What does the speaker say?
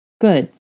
Good